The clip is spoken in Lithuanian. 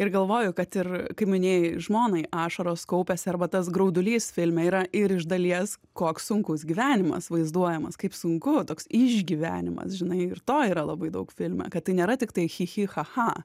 ir galvoju kad ir kaip minėjai žmonai ašaros kaupiasi arba tas graudulys filme yra ir iš dalies koks sunkus gyvenimas vaizduojamas kaip sunku toks išgyvenimas žinai ir to yra labai daug filme kad tai nėra tik tai chi chi cha cha